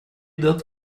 that